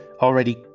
already